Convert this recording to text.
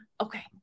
Okay